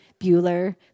Bueller